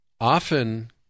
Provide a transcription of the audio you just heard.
often